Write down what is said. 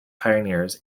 pioneers